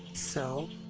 so.